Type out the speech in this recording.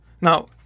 Now